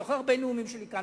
אני זוכר הרבה נאומים שלי כאן,